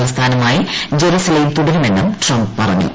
തലസ്ഥാനമായി ജറുസലേം തുടരുമെന്നും ട്രംപ് പറഞ്ഞു